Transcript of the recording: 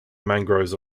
mangroves